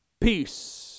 Peace